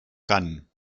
cant